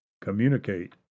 communicate